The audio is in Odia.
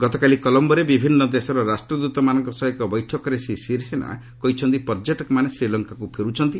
ଗତକାଲି କଲମ୍ଘୋରେ ବିଭିନ୍ନ ଦେଶର ରାଷ୍ଟ୍ରଦୃତମାନଙ୍କ ସହ ଏକ ବୈଠକରେ ଶ୍ରୀ ଶିରିସେନା କହିଛନ୍ତି ପର୍ଯ୍ୟଟକମାନେ ଶ୍ରୀଲଙ୍କାକୁ ଫେରୁଛନ୍ତି